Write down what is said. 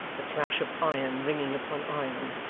the clash of iron ringing upon iron,